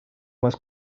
más